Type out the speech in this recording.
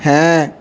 হ্যাঁ